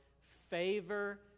favor